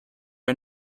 are